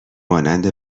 مانند